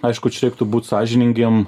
aišku čia reiktų būt sąžiningiem